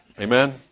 amen